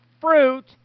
fruit